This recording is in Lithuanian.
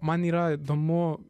man yra įdomu